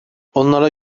onlara